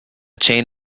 chain